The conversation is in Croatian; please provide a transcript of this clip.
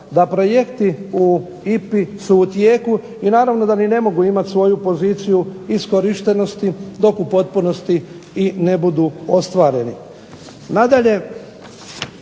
da projekti u IPA-i su u tijeku i naravno da ni ne mogu imat svoju poziciju iskorištenosti dok u potpunosti i ne budu ostvareni.